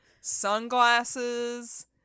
sunglasses